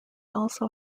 also